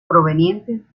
provenientes